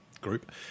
group